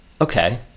okay